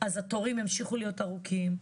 אז התורים ימשיכו להיות ארוכים,